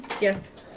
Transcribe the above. Yes